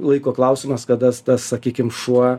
laiko klausimas kadas tas sakykim šuo